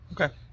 okay